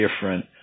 different